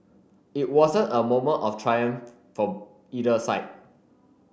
it wasn't a moment of triumph for either side